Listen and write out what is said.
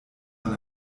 man